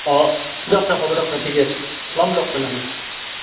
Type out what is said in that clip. অঁ দিয়ক দিয়ক হ'ব দিয়ক তে ঠিকে আছে ল'ম দিয়ক তেনেহ'লে